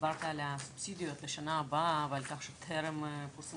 דיברת על הסובסידיות לשנה הבאה ועל כך שטרם פורסמו